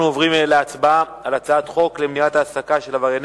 אנחנו עוברים להצבעה בקריאה ראשונה על הצעת החוק למניעת העסקה של עברייני